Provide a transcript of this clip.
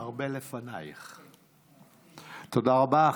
תודה רבה.